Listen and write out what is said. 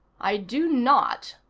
i do not,